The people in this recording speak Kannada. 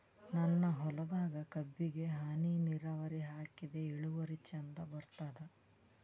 ನನ್ನ ಹೊಲದಾಗ ಕಬ್ಬಿಗಿ ಹನಿ ನಿರಾವರಿಹಾಕಿದೆ ಇಳುವರಿ ಚಂದ ಬರತ್ತಾದ?